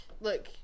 look